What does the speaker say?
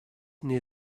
near